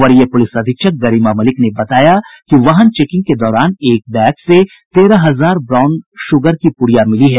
वरीय प्रलिस अधीक्षक गरिमा मलिक ने बताया कि वाहन चेकिंग के दौरान एक बैग से तेरह हजार ब्राउन शुगर की पुड़िया मिली है